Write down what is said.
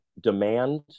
demand